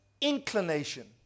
inclination